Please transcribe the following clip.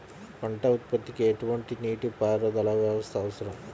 పంట ఉత్పత్తికి ఎటువంటి నీటిపారుదల వ్యవస్థ అవసరం?